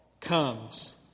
comes